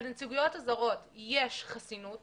לנציגויות הזרות יש חסינות,